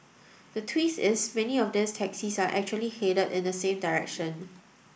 the twist is many of these taxis are actually headed in the same direction